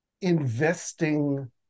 investing